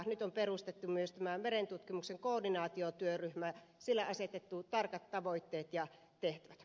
nyt on perustettu myös tämä merentutkimuksen koordinaatiotyöryhmä sille asetettu tarkat tavoitteet ja tehtävät